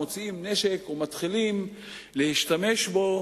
מוציאים נשק ומשתמשים בו,